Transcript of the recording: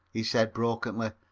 he said brokenly,